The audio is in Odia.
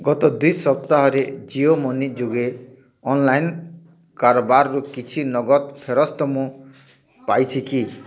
ଗତ ଦୁଇ ସପ୍ତାହରେ ଜିଓ ମନି ଯୋଗେ ଅନଲାଇନ କାରବାରରୁ କିଛି ନଗଦ ଫେରସ୍ତ ମୁଁ ପାଇଛି କି